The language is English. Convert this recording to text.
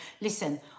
listen